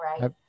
Right